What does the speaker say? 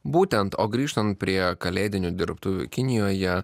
būtent o grįžtant prie kalėdinių dirbtuvių kinijoje